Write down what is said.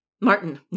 Martin